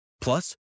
Plus